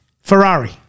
Ferrari